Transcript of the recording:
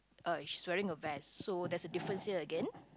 Uh she's wearing a vest so there's a difference here again